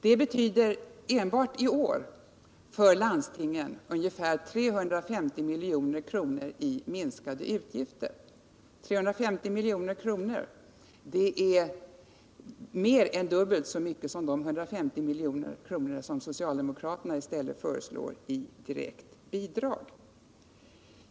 För landstingen innebär det enbart i år ungefär 350 milj.kr. i minskade utgifter. 350 milj.kr. är mer än dubbelt så mycket som de 150 milj.kr. som socialdemokraterna i stället föreslår i direkta bidrag.